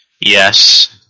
Yes